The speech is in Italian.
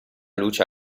luce